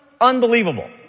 unbelievable